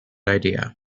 idea